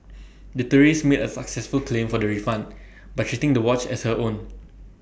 the tourist made A successful claim for the refund by treating the watch as her own